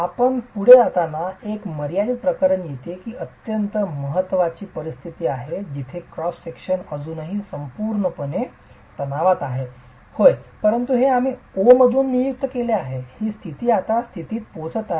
आपण पुढे जाताना एक मर्यादित प्रकरण येते की एक अत्यंत महत्त्वाची परिस्थिती आहे जिथे क्रॉस सेक्शन अजूनही संपूर्णपणे कॉम्प्रेशन आहे होय परंतु हे आम्ही O म्हणून आधी नियुक्त केले आहे ही स्थिती आता स्थितीत पोहोचत आहे